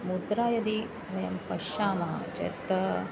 मुद्रां यदि वयं पश्यामः चेत्